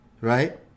Right